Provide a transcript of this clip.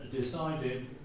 decided